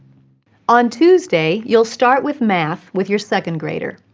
on tuesday, you'll start with math with your second grader.